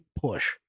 push